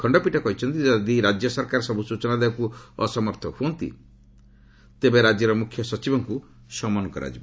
ଖଶ୍ତପୀଠ କହିଛନ୍ତି ଯଦି ରାଜ୍ୟ ସରକାର ସବୁ ସୂଚନା ଦେବାକୁ ଅସମର୍ଥ ହୁଅନ୍ତି ତେବେ ରାଜ୍ୟର ମୁଖ୍ୟ ସଚିବଙ୍କୁ ସମନ କରାଯିବ